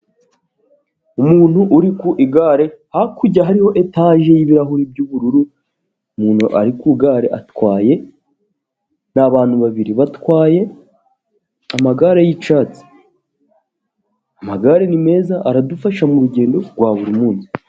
Umuntu uri ku igare hakurya hariho etaje y'ibirahuri by'ubururu, umuntu ari ku gare atwaye, ni abantu babiri batwaye amagare y'icyatsi, amagare ni meza aradufasha mu rugendo rwa buri munsi.